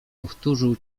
powtórzył